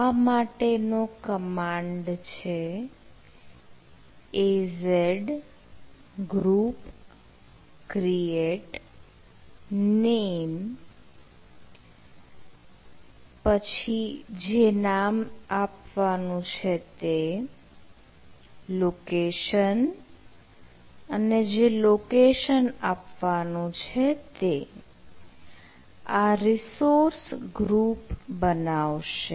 આ માટેનો કમાન્ડ છે az group create name આ રીસોર્સ ગ્રુપ બનાવશે